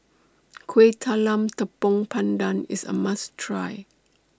Kueh Talam Tepong Pandan IS A must Try